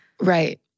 Right